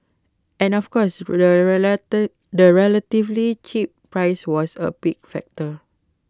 and of course the relatively cheap price was A big factor